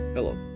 Hello